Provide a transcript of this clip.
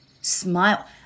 Smile